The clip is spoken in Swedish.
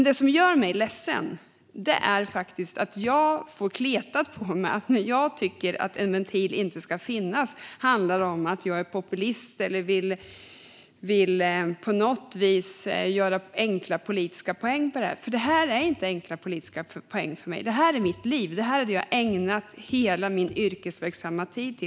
Det som gör mig ledsen är att jag, när jag inte tycker att en ventil ska finnas, får kletat på mig att jag är populist eller på något sätt vill göra enkla politiska poäng på det här. Det här är inte en fråga om enkla politiska poäng för mig. Det här är mitt liv. Det här är vad jag har ägnat hela min yrkesverksamma tid åt.